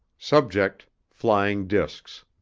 subject flying disks